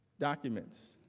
documents.